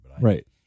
Right